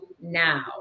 now